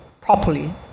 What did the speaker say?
properly